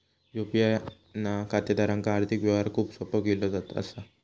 UPI ना खातेदारांक आर्थिक व्यवहार खूप सोपो केलो असा